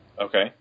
Okay